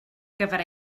gyfer